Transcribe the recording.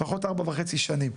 לפחות עוד ארבע וחצי שנים.